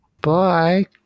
Bye